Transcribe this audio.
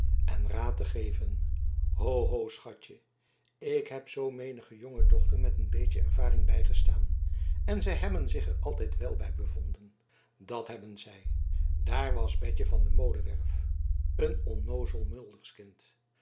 en raad te geven ho ho schatje ik heb zoo menige jongedochter met mijn beetje ervaring bijgestaan en zij hebben zich er altijd wel bij bevonden dat hebben zij daar was betje van de molenwerf een onnoozel